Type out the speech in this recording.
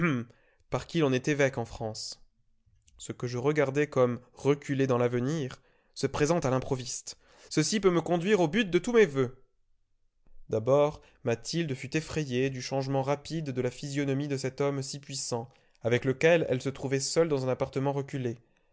par qui l'on est évêque en france ce que je regardais comme reculé dans l'avenir se présente à l'improviste ceci peut me conduire au but de tous mes voeux d'abord mathilde fut effrayée du changement rapide de la physionomie de cet homme si puissant avec lequel elle se trouvait seule dans un appartement reculé